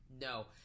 No